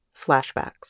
flashbacks